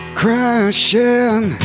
crashing